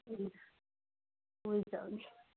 हुन्छ हुन्छ हुन्छ